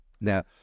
Now